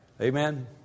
Amen